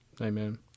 amen